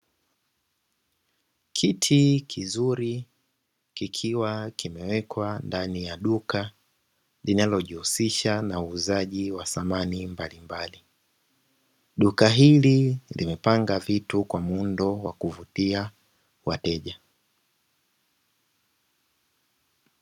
Kiti kizuri kikiwa kimewekwa ndani ya duka linalojihusisha na uuzaji wa samani mbalimbali, duka hili limepanga vitu kwa muundo wa kuvutia wateja.